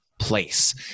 place